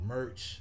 Merch